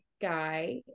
guy